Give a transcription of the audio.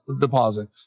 deposit